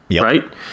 right